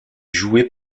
jouets